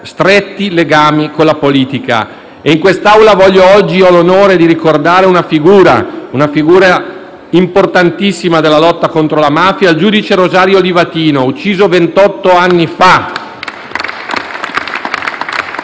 stretti legami con la politica. In quest'Aula oggi ho l'onore di ricordare una figura importantissima della lotta contro la mafia: il giudice Rosario Livatino, ucciso ventotto anni fa.